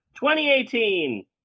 2018